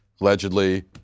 allegedly